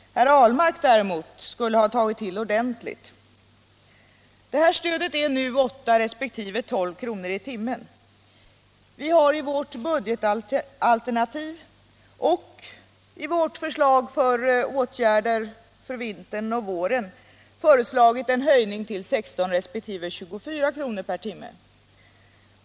Herr Ahlmark däremot skulle ha tagit till ordentligt! Det här stödet är nu 8 resp. 12 kr. i timmen. Vi har i vårt budgetalternativ och i vårt förslag till åtgärder för vintern och våren föreslagit en höjning till 16 resp. 24 kr. per timme.